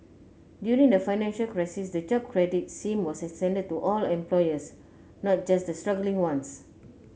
during the financial crisis the Jobs Credit scheme was extended to all employers not just the struggling ones